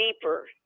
deeper